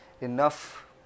enough